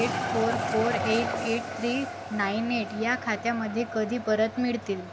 eight four four eight eight three nine eight ह्या खात्यामध्ये कधी परत मिळतील